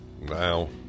Wow